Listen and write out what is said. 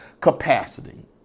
capacity